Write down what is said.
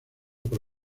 por